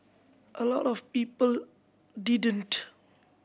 a lot of people didn't